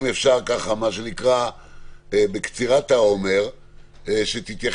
האם אפשר ככה בקצירת העומר שתתייחס